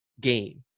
game